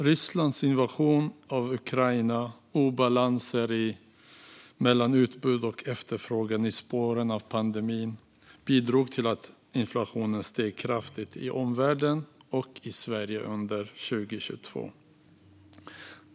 Rysslands invasion av Ukraina och obalanser mellan utbud och efterfrågan i spåren av pandemin bidrog till att inflationen steg kraftigt i omvärlden och Sverige under 2022.